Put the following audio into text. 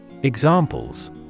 Examples